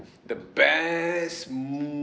the best